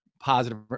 positive